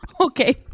Okay